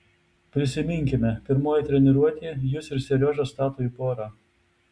prisiminkime pirmoji treniruotė jus ir seriožą stato į porą